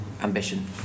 ambition